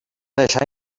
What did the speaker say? deixar